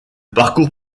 parcours